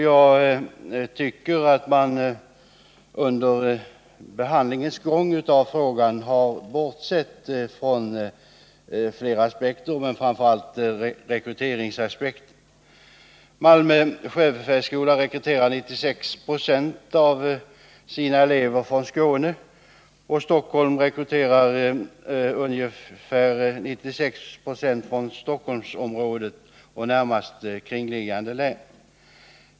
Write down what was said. Jag tycker att man under behandlingen av frågan har bortsett från flera aspekter, framför allt rekryteringsaspekten. Malmö sjöbefälsskola rekryterar 96 90 av sina elever från Skåne, och sjöbefälsskolan i Stockholm rekryterar ungefär 96 90 från Stockholmsområdet och närmast kringliggande län.